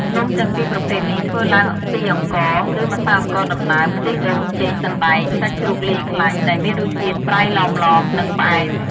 នំទាំងពីរប្រភេទនេះធ្វើឡើងពីអង្ករ ឬ ម្សៅអង្ករដំណើប ខ្ទិះដូង ចេក សណ្ដែក សាច់ជ្រូកលាយខ្លាញ់ ដែលមានរសជាតិ ប្រៃឡមៗ និងផ្អែម។